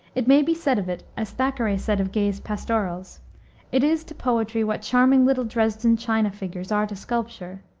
it may be said of it, as thackeray said of gay's pastorals it is to poetry what charming little dresden china figures are to sculpture,